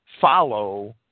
follow